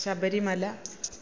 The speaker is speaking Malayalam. ശബരിമല